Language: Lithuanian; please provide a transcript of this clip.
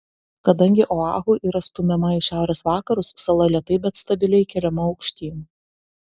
kadangi oahu yra stumiama į šiaurės vakarus sala lėtai bet stabiliai keliama aukštyn